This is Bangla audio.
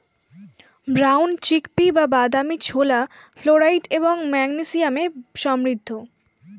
ব্রাউন চিক পি বা বাদামী ছোলা ফ্লোরাইড এবং ম্যাগনেসিয়ামে সমৃদ্ধ